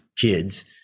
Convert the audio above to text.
kids